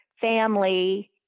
family